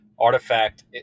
Artifact